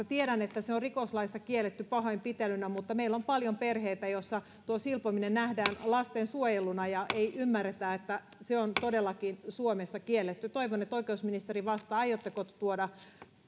tiedän että silpominen on rikoslaissa kielletty pahoinpitelynä mutta meillä on paljon perheitä joissa se nähdään lastensuojeluna eikä ymmärretä että se on todellakin suomessa kielletty toivon että oikeusministeri vastaa aiotteko te tuoda